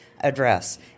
address